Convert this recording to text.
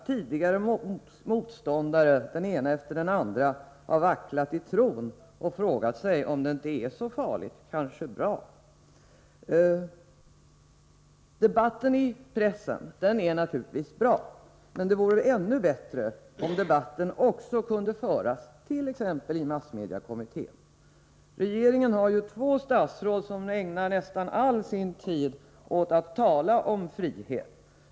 Tidigare motståndare, den ena efter den andra, har börjat vackla i tron och frågat sig om kabel-TV-n är så farlig — den kanske t.o.m. är bra. Det är naturligtvis bra med en debatt i pressen, men det vore ännu bättre om det fördes en debatt också it.ex. massmediekommittén. Regeringen har ju två statsråd som ägnar nästan all sin tid åt att tala om frihet.